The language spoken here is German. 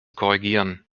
korrigieren